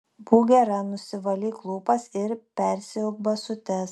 būk gera nusivalyk lūpas ir persiauk basutes